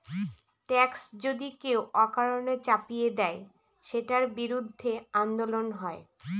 tax যদি কেউ অকারণে চাপিয়ে দেয়, সেটার বিরুদ্ধে আন্দোলন হয়